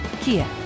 Kia